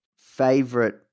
favorite